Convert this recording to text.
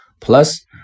Plus